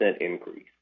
increase